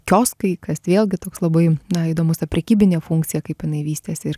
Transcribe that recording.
kioskai kas vėlgi toks labai na įdomus ta prekybinė funkcija kaip jinai vystėsi ir